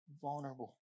vulnerable